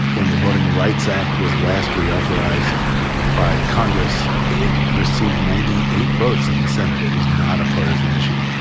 when the voting rights act was last reauthorized by congress, it received ninety eight votes in the senate. it was not a partisan issue.